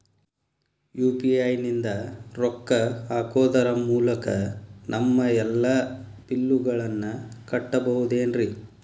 UPI ನಿಂದ ರೊಕ್ಕ ಹಾಕೋದರ ಮೂಲಕ ನಮ್ಮ ಎಲ್ಲ ಬಿಲ್ಲುಗಳನ್ನ ಕಟ್ಟಬಹುದೇನ್ರಿ?